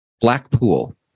Blackpool